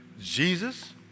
Jesus